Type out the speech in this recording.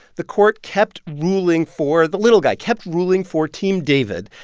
the court kept ruling for the little guy, kept ruling for team david,